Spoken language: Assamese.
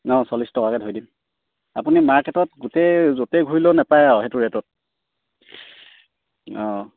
অঁ চল্লিছ টকাকৈ ধৰি দিম আপুনি মাৰ্কেটত গোটেই য'তেই ঘূৰিলেও নাপায় আৰু সেইটো ৰেটত অঁ